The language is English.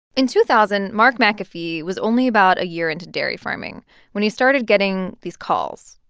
in two thousand, mark mcafee was only about a year into dairy farming when he started getting these calls.